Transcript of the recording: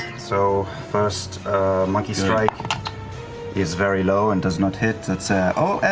so first monkey strike is very low and does not hit. that's, oh,